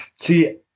See